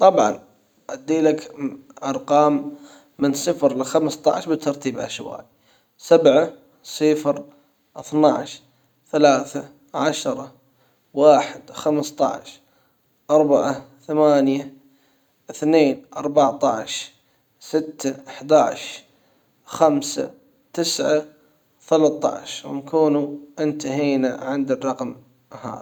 طبعا ادي لك ارقام من صفر لخمسة عشر بترتيب عشوائي سبعة صفر اثنى عشر ثلاثة عشرة واحد خمسة عشر اربعة ثمانية اثنين اربعة عشر ستة احدى عشر خمسة تسعة ثلاثة عشر ونكون انتهينا عند الرقم هذا.